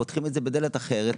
פותחים אותה בדלת אחרת,